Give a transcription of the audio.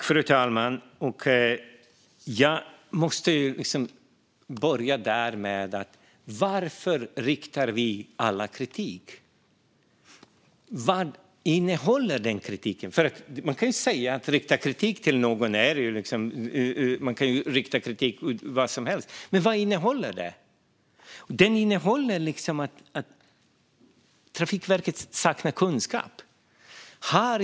Fru talman! Jag måste börja med att fråga mig varför alla riktar kritik. Vad innehåller kritiken? Man kan rikta kritik mot vad som helst, men vad innehåller kritiken? Kritiken går ut på att Trafikverket saknar kunskap.